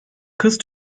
kız